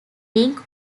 rink